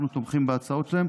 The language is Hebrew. אנחנו תומכים בהצעות שלהם,